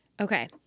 Okay